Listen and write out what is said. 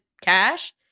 Cash